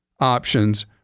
options